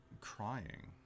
crying